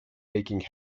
making